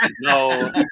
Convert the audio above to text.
No